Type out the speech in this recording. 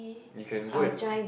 you can go and